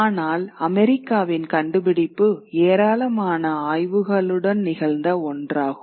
ஆனால் அமெரிக்காவின் கண்டுபிடிப்பு ஏராளமான ஆய்வுகளுடன் நிகழ்ந்த ஒன்றாகும்